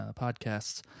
podcasts